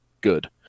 good